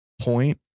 point